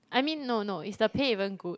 I mean no no is the pay even good